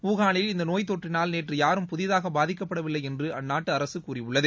உஹானில் இந்த நோய் தொற்றினால் நேற்று யாரும் புதிதாக பாதிக்கப்படவில்லை என்று அந்நாட்டு அரசு கூறியுள்ளது